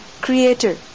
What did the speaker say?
creator